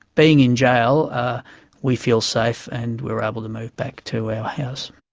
being in jail ah we feel safe and we were able to move back to our house.